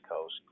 Coast